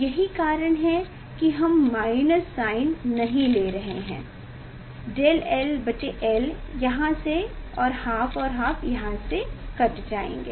यही कारण है कि हम माइनस साइन नहीं ले रहे हैं 𝝳ll यहाँ से और हाफ और हाफ़ यहाँ से कट जायेंगे